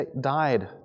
died